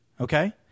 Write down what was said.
okay